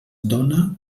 dóna